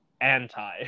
anti